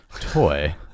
toy